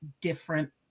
different